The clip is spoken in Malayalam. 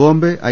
ബോംബെ ഐ